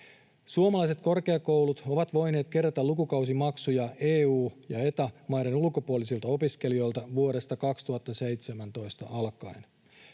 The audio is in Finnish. Suomalaiset korkeakoulut ovat voineet kerätä lukukausimaksuja EU- ja Eta-maiden ulkopuolisilta opiskelijoilta vuodesta 2017 alkaen.